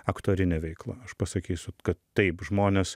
aktorinė veikla aš pasakysiu kad taip žmonės